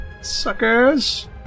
Suckers